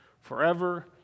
forever